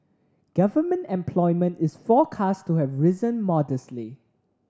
government employment is forecast to have risen modestly